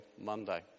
Monday